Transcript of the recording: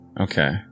Okay